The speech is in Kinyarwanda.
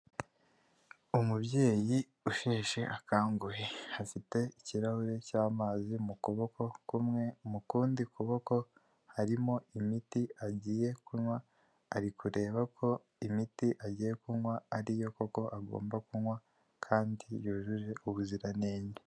Umubyeyi usheshe akanguhe afite ikirahure cy'amazi mu kuboko kumwe, mu kundi kuboko harimo imiti agiye kunywa ari kureba ko imiti agiye kunywa ari yo koko agomba kunywa kandi yujuje ubuziranenge.